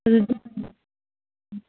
ꯑꯗꯨ